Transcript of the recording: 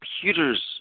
computers